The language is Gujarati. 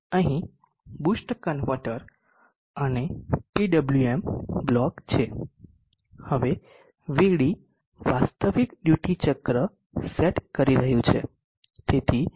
અહીં બૂસ્ટ કન્વર્ટર અને PWM બ્લોક છે હવે Vd વાસ્તવિક ડ્યુટી ચક્ર સેટ કરી રહ્યું છે